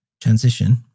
Transition